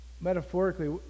Metaphorically